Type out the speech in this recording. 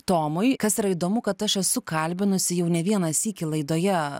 tomui kas yra įdomu kad aš esu kalbinusi jau ne vieną sykį laidoje